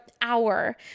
hour